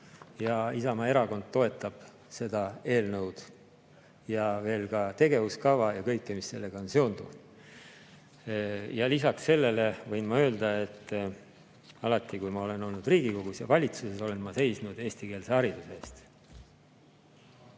Isamaa Erakond toetab seda eelnõu ja tegevuskava ja kõike, mis sellega seondub. Ja lisaks sellele võin ma öelda, et alati, kui ma olen olnud Riigikogus ja valitsuses, olen ma seisnud eestikeelse hariduse eest.